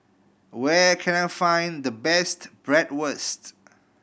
where can I find the best Bratwurst